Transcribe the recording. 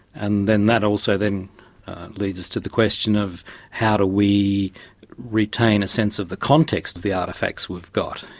and then that also leads leads us to the question of how do we retain a sense of the context of the artefacts we've got.